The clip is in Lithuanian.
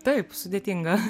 taip sudėtinga